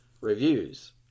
reviews